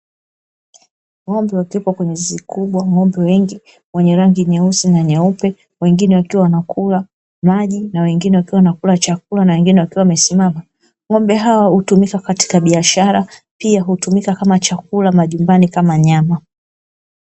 Ng'ombe wakiwa kwenye zizi kubwa, ng'ombe wengi wenye rangi nyeusi wengine wakiwa wanakunywa maji na wengine wakiwa wanakula chakula huku wamesimama, ng'ombe hawa hutumika katika biashara pia hutumika kama chakula majumbani kama nyama.